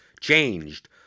changed